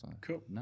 Cool